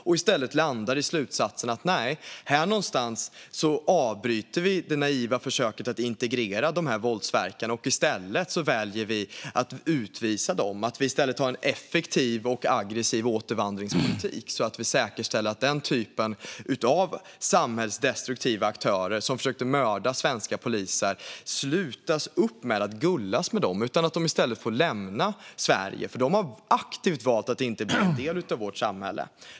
Jag hoppas att vi då landar i slutsatsen att vi avbryter det naiva försöket att integrera dessa våldsverkare och i stället utvisar dem. Vi behöver en effektiv och aggressiv återvandringspolitik och sluta upp med att gulla med den typen av samhällsdestruktiva aktörer som försökte mörda svenska poliser och i stället låta dem lämna Sverige. De har aktivt valt att inte vara en del av vårt samhälle.